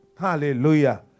Hallelujah